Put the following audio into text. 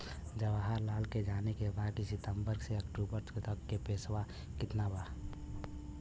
जवाहिर लाल के जाने के बा की सितंबर से अक्टूबर तक के पेसवा कितना बा?